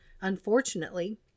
unfortunately